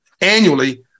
annually